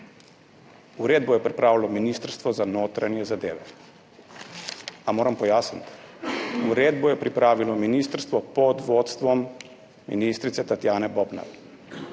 Uredbo je pripravilo Ministrstvo za notranje zadeve. A moram pojasniti? Uredbo je pripravilo ministrstvo pod vodstvom ministrice Tatjane Bobnar.